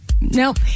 Nope